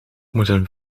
moeten